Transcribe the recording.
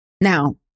Now